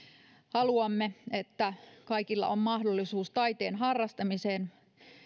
haluamme että kaikilla on mahdollisuus taiteen harrastamiseen